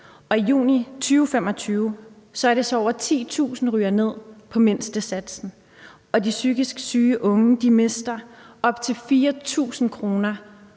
i juni 2025 er det så, at over 10.000 ryger ned på mindstesatsen, og at de psykisk syge unge mister op til 4.000 kr.